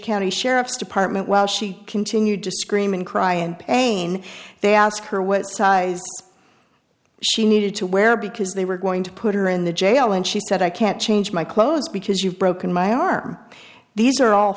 county sheriff's department while she continued to scream and cry in pain they asked her what size she needed to wear because they were going to put her in the jail and she said i can't change my clothes because you've broken my arm these are all